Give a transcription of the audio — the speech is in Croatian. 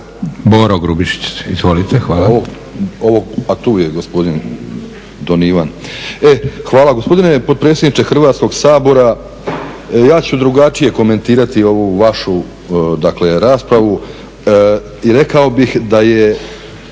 Boro Grubišić, izvolite, hvala.